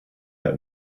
out